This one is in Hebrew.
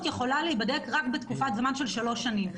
יכולה להיבדק רק בתקופת זמן של שלוש שנים,